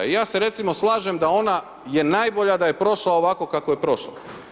I ja se recimo slažem da ona je najbolja, da je prošla ovako kako je prošla.